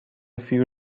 few